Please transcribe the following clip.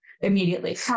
Immediately